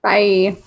Bye